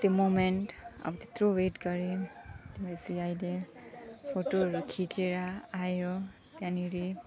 त्यो मोमेन्ट अब त्यत्रो वेट गरेँ त्यहाँपछि आहिले फोटोहरू खिचेर आयो त्यहाँनिर